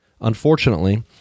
Unfortunately